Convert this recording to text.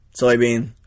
soybean